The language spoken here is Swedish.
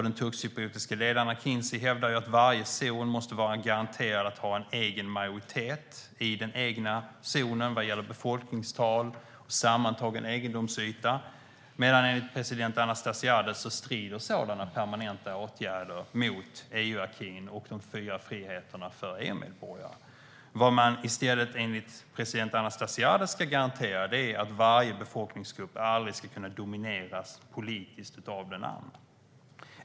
Den turkcypriotiska ledaren Akıncı hävdar att varje zon måste vara garanterad att ha en egen majoritet i den egna zonen vad gäller befolkningstal och sammantagen egendomsyta medan enligt president Anastasiadis strider sådana permanenta åtgärder mot EU-akin och de fyra friheterna för EU-medborgare. Vad man enligt president Anastasiadis i stället ska garantera är att varje befolkningsgrupp aldrig ska kunna domineras politiskt av den andra.